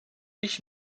ich